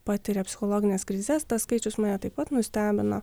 patiria psichologines krizes tas skaičius mane taip pat nustebino